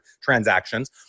transactions